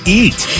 eat